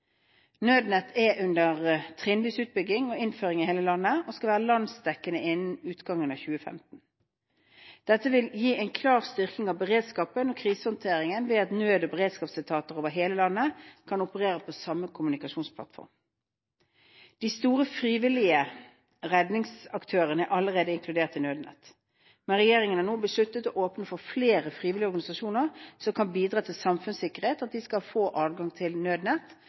Nødnett er under trinnvis utbygging og innføring i hele landet og skal være landsdekkende innen utgangen av 2015. Dette vil gi en klar styrking av beredskapen og krisehåndteringen ved at nød- og beredskapsetater over hele landet kan operere på samme kommunikasjonsplattform. De store, frivillige redningsaktørene er allerede inkludert i Nødnett, men regjeringen har nå besluttet å åpne for at flere frivillige organisasjoner som kan bidra til samfunnssikkerheten, skal få adgang til Nødnett,